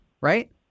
right